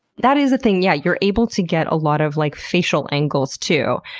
that is a thing, yeah. you're able to get a lot of like facial angles too.